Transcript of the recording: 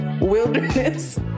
wilderness